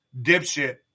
dipshit